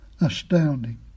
Astounding